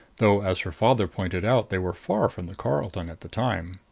though, as her father pointed out, they were far from the carlton at the time.